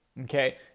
okay